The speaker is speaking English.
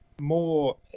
more